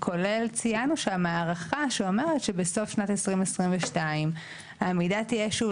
וציינו שם הערכה שאומרת שבסוף שנת 2022 העמידה תהיה שוב,